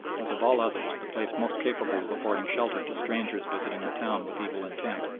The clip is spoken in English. was of all others the place most capable of affording shelter to strangers visiting the town with evil intent.